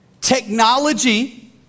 technology